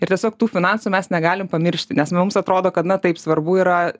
ir tiesiog tų finansų mes negalim pamiršti nes mums atrodo kad na taip svarbu yra